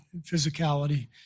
physicality